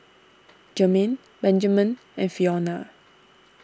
Jermaine Benjamen and Fiona